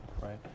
Right